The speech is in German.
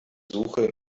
suche